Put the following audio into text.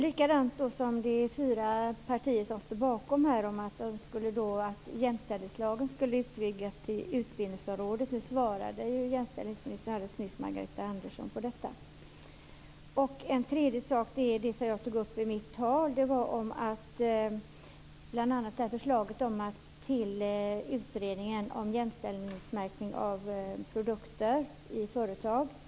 Fyra partier står bakom detta att jämställdhetslagen skulle utvidgas till utbildningsområdet. Nu svarade jämställdhetsministern alldeles nyss Margareta Andersson på det här. En tredje sak jag vill ta upp är det som jag också nämnde i mitt tal. Det gäller bl.a. förslaget till utredningen om jämställdhetsmärkning av produkter i företag.